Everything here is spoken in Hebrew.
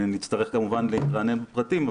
נצטרך כמובן להתרענן בפרטים,